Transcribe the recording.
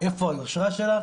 איפה היושרה שלך,